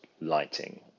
lighting